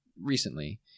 recently